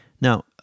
Now